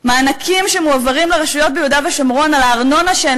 מענקים שמועברים לרשויות ביהודה ושומרון על הארנונה שהם